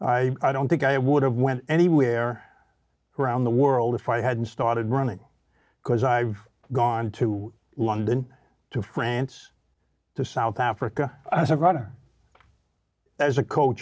and i don't think i would have went anywhere around the world if i hadn't started running because i've gone to london to france to south africa as a writer as a coach